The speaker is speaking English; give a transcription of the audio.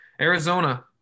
Arizona